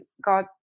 got